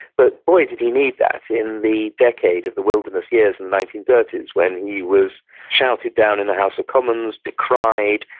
but boy, did he need that in the decade of the wilderness years in the nineteen thirty s, when he was shouted down in the house of commons, decried,